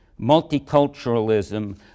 multiculturalism